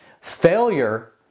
Failure